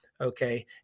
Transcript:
Okay